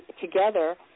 together